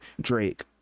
Drake